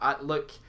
look